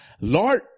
Lord